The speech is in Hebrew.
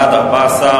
התשס"ט 2009,